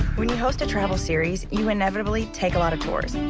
when you host a travel series, you inevitably take a lot of tours.